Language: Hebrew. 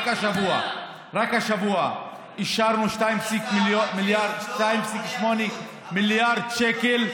רק השבוע אישרנו 2.8 מיליארד שקל,